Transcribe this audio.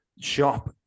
shop